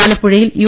ആലപ്പുഴയിൽ യു